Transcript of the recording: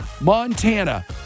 Montana